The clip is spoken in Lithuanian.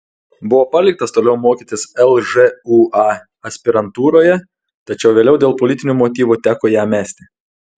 buvo paliktas toliau mokytis lžūa aspirantūroje tačiau vėliau dėl politinių motyvų teko ją mesti